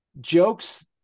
jokes